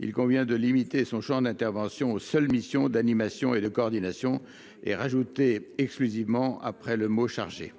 il convient de limiter son champ d'intervention aux seules missions d'animation et de coordination. Quel est l'avis de la